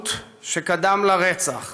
העצמאות שקדם לרצח